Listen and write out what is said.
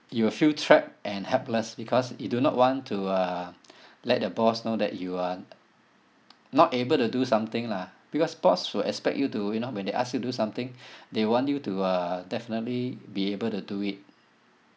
you will feel trapped and helpless because you do not want to uh let the boss know that you are not able to do something lah because boss will expect you to you know when they ask you do something they want you to uh definitely be able to do it